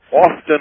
often